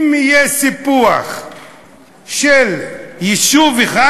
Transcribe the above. אם יהיה סיפוח של יישוב אחד,